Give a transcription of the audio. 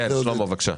כן, שלמה בבקשה.